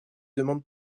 demande